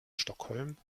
stockholm